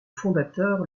fondateur